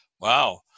Wow